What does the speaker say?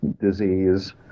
disease